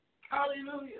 Hallelujah